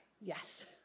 yes